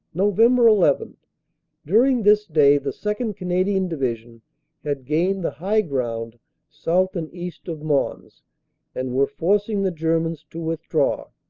november eleven during this day the second. canadian divi sion had gained the high ground south and east of mons and were forcing the germans to withdraw.